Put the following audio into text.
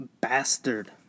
bastard